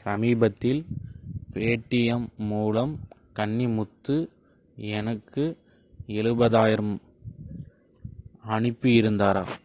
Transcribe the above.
சமீபத்தில் பேடீஎம் மூலம் கன்னிமுத்து எனக்கு எழுபதாயிரம் அனுப்பியிருந்தாரா